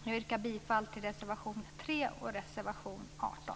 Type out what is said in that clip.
Jag yrkar bifall till reservationerna 3 och 18.